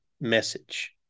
message